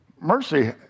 Mercy